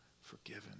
forgiven